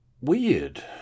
weird